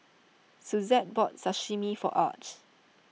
Suzette bought Sashimi for Arch